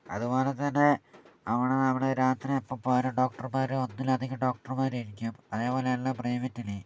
അത്പോലെതന്നെ അവിടെ നമ്മൾ രാത്രി എപ്പോൾ പോയാലും ഡോക്ടർമാർ ഒന്നിലധികം ഡോക്ടർമാർ ആയിരിക്കും അതേപോലെ അല്ല പ്രൈവറ്റിൽ